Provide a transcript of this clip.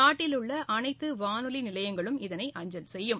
நாட்டில் உள்ள அனைத்து வானொலி நிலையங்களும் இதனை அஞ்சலி செய்யும்